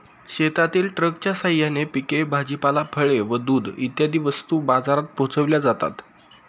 शेतातील ट्रकच्या साहाय्याने पिके, भाजीपाला, फळे व दूध इत्यादी वस्तू बाजारात पोहोचविल्या जातात